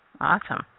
Awesome